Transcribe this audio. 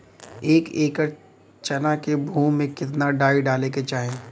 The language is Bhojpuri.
एक एकड़ चना के भूमि में कितना डाई डाले के चाही?